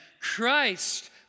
Christ